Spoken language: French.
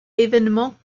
événement